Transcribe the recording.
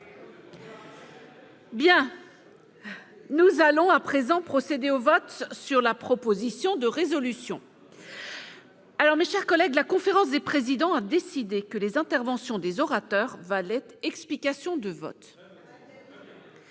! Nous allons procéder au vote sur la proposition de résolution. Mes chers collègues, je rappelle que la conférence des présidents a décidé que les interventions des orateurs valaient explications de vote.